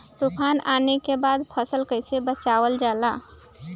तुफान आने के बाद फसल कैसे बचावल जाला?